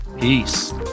Peace